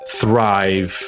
thrive